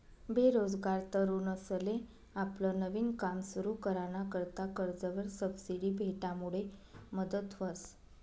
बेरोजगार तरुनसले आपलं नवीन काम सुरु कराना करता कर्जवर सबसिडी भेटामुडे मदत व्हस